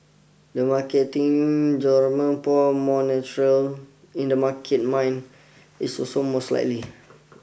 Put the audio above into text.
the market think Jerome Powell more natural in the market mind is also most likely